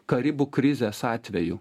karibų krizės atveju